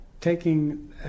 taking